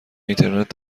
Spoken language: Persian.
اینترنت